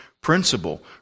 Principle